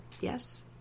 Yes